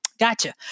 Gotcha